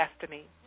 destiny